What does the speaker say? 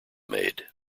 made